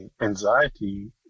anxiety